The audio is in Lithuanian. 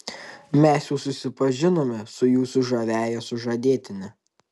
mes jau susipažinome su jūsų žaviąja sužadėtine